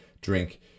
drink